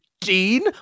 Dean